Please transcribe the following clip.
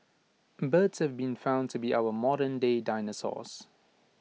birds have been found to be our modernday dinosaurs